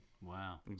Wow